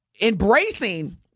embracing